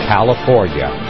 California